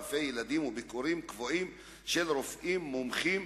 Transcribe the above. רופא ילדים וביקורים קבועים של רופאים מומחים,